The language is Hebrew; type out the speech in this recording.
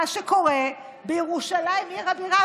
מה שקורה בירושלים עיר הבירה,